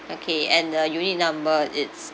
okay and the unit number it's